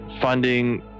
funding